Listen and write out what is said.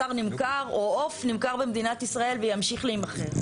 בשר נמכר או עוף נמכר במדינת ישראל וימשיך להימכר.